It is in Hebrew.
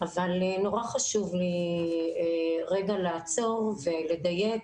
אבל נורא חשוב לי לעצור ולדייק